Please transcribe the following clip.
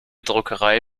druckerei